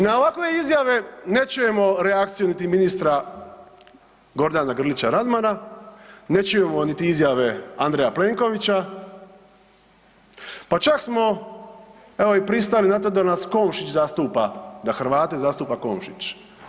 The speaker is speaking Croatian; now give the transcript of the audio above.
I na ovakve izjave ne čujemo reakciju niti ministra Gordana Grlića Radmana, ne čujemo niti izjave Andreja Plenkovića, pa čak smo evo i pristali na to da nas Komšić zastupa, da Hrvate zastupa Komšić.